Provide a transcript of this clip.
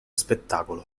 spettacolo